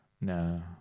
No